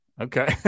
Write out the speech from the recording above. Okay